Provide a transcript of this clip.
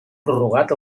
prorrogat